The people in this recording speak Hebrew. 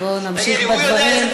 בוא נמשיך בדברים.